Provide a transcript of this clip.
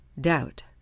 doubt